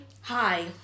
hi